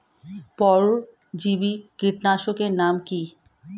পরজীবী কীটনাশকের নাম কি?